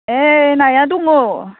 ए नाया दङ